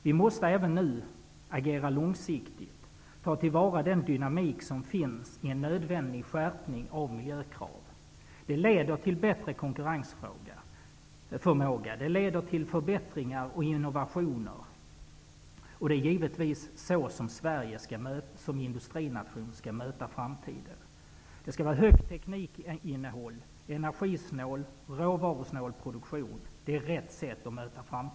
Vi måste även nu agera långsiktigt och ta till vara den dynamik som finns i en nödvändig skärpning av miljökraven. Det leder till bättre konkurrensförmåga, tekniska förbättringar och innovationer. Givetvis är det så Sverige, som industrination, skall möta framtiden. Ett rätt sätt att möta framtiden på är med högt teknikinnehåll och med energisnål och råvarusnål produktion.